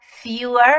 fewer